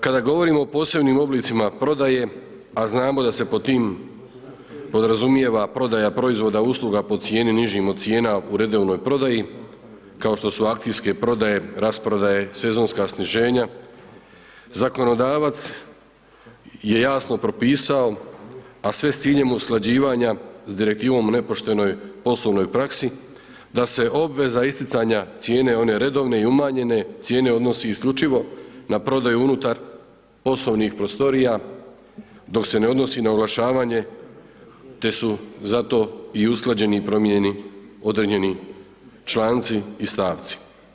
Kada govorimo o posebnim oblicima prodaje, a znamo da se pod tim podrazumijeva prodaja proizvoda usluga, po cijeni nižim od cijena u redovnoj prodaji, kao što su akcijske prodaje, rasprodaje, sezonska sniženja, zakonodavac, je jasno propisao, a sve s ciljem usklađivanja s direktivom o nepoštenoj poslovnoj praksi, da se obveza isticanja cijene one redovne ili umanjene cijene odnosi isključivo na prodaju unutar poslovnih prostorija, dok se ne odnosi na oglašavanje te su za to i usklađeni i promijenjeni određeni članici i stavci.